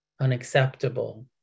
unacceptable